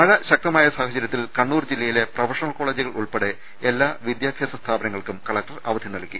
മഴ ശക്തമായ സാഹചര്യത്തിൽ കണ്ണൂർ ജില്ലയിലെ പ്രൊഫഷണൽ കോളജുകൾ ഉൾപ്പെടെ എല്ലാ വിദ്യാഭ്യാസ സ്ഥാപനങ്ങൾക്കും കലക്ടർ അവധി നൽകി